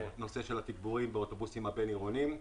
נושא התגבורים באוטובוסים בין-עירוניים,